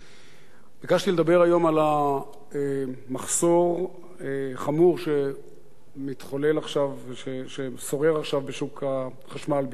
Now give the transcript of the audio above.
ביקשתי לדבר היום על המחסור החמור ששורר עכשיו בשוק החשמל בישראל.